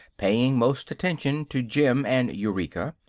paying most attention to jim and eureka,